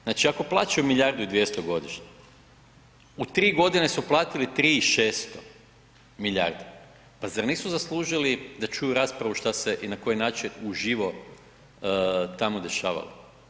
Znači, ako plaćaju milijardu i 200 godišnje, u 3.g. su platili 3 i 600 milijardi, pa zar nisu zaslužili da čuju raspravu šta se i na koji način uživo tamo dešavalo?